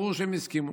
ברור שהם הסכימו.